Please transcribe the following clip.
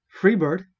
Freebird